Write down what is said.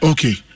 Okay